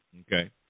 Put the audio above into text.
Okay